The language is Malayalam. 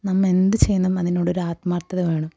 നമ്മൾ എന്ത് ചെയ്യുമ്പോൾ അതിനുള്ള ഒരു ആത്മാർഥത വേണം